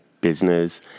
business